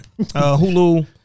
Hulu